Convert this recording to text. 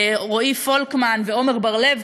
רועי פולקמן ועמר בר-לב,